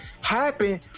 happen